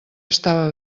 estava